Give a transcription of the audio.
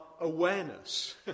awareness